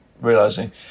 realizing